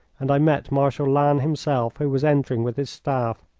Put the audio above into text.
and i met marshal lannes himself, who was entering with his staff.